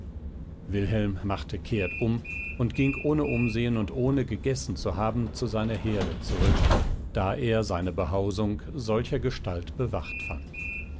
wilhelm machte kehrtum und ging ohne umsehen und ohne gegessen zu haben zu seiner herde zurück da er seine behausung solchergestalt bewacht fand